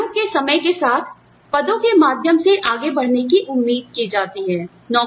कर्मचारियों से समय के साथ पदों के माध्यम से आगे बढ़ने की उम्मीद की जाती है